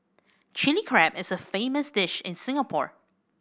Chilli Crab is a famous dish in Singapore